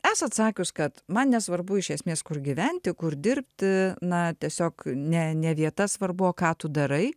esat sakius kad man nesvarbu iš esmės kur gyventi kur dirbti na tiesiog ne ne vieta svarbu o ką tu darai